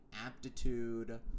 aptitude